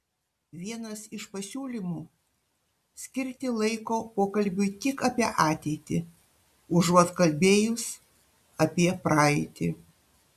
vienas iš pasiūlymų skirti laiko pokalbiui tik apie ateitį užuot kalbėjus apie praeitį